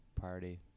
party